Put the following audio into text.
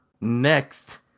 next